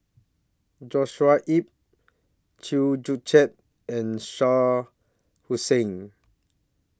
Joshua Ip Chew Joo Chiat and Shah Hussain